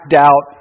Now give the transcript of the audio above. doubt